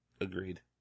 agreed